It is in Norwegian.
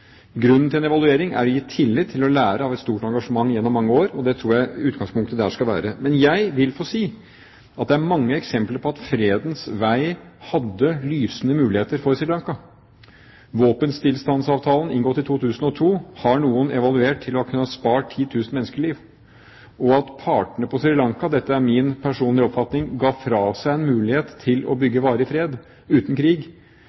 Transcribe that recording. Grunnen til en evaluering er å gi tillitt til å lære av et stort engasjement gjennom mange år, og det tror jeg utgangspunktet der skal være. Men jeg vil få si at det er mange eksempler på at fredens vei hadde lysende muligheter i Sri Lanka. Våpenstillstandsavtalen inngått i 2002 har noen evaluert til å kunne ha spart 10 000 menneskeliv. At partene på Sri Lanka – dette er min personlige oppfatning – ga fra seg en mulighet til å bygge varig fred uten krig